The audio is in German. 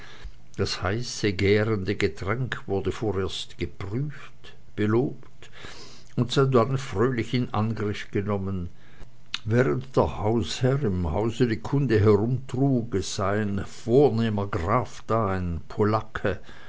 das heiße gärende getränk wurde vorerst geprüft belobt und sodann fröhlich in angriff genommen während der hausherr im hause die kunde herumtrug es sei ein vornehmer graf da ein polacke